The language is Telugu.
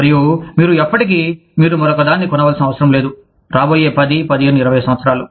మరియు మీరు ఎప్పటికీ మీరు మరొకదాన్ని కొనవలసిన అవసరం లేదు రాబోయే 10 15 20 సంవత్సరాలు